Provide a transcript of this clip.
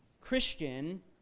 Christian